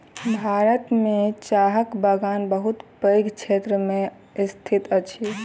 भारत में चाहक बगान बहुत पैघ क्षेत्र में स्थित अछि